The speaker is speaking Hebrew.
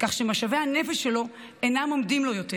כך שמשאבי הנפש שלו אינם עומדים לו יותר,